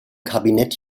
kabinett